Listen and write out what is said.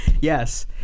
Yes